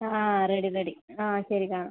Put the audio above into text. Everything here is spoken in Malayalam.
ആ റെഡി റെഡി ആ ശരി കാണാം